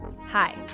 Hi